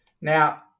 Now